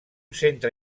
centre